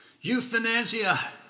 Euthanasia